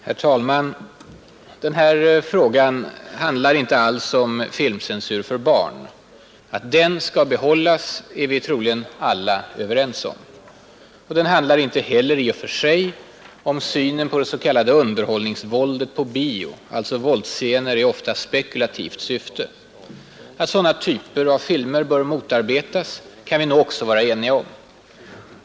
Herr talman! Den här frågan handlar inte alls om filmcensur för barn. Att den skall behållas är vi troligen alla överens om. Den handlar inte heller, i och för sig, om synen på det s.k. underhållningsvåldet på bio, alltså våldsscener i ofta spekulativt syfte. Att den typen av filmer bör motarbetas, kan vi nog också vara eniga om.